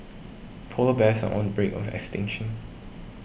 Polar Bears are on brink of extinction